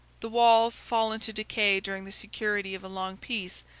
the walls, fallen to decay during the security of a long peace,